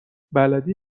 بلدی